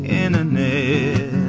internet